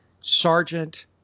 Sergeant